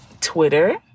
Twitter